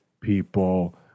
people